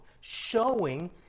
showing